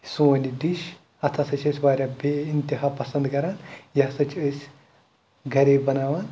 سون یہِ ڈِش اَتھ ہَسا چھِ أسۍ بے انتہا پَسنٛد کَران یہِ ہَسا چھِ أسۍ گَرے بَناوان